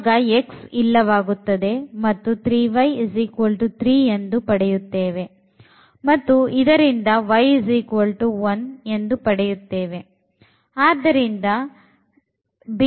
ಆಗ x ಇಲ್ಲವಾಗುತ್ತದೆ ಮತ್ತು 3y3 ಎಂದು ಪಡೆಯುತ್ತೇವೆ ಮತ್ತು ಇದರಿಂದ y1 ಎಂದು ಪಡೆಯುತ್ತೇವೆ